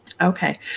Okay